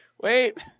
Wait